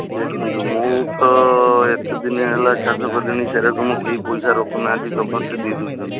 ଦେଖନ୍ତୁ ମୁଁ ତ ଏତେଦିନି ହେଲା ଚାଷ କଲିଣି ସେରକମ କେହି ପଇସା ରଖୁନାହାଁନ୍ତି ସମସ୍ତେ ଦେଇଦଉଛନ୍ତି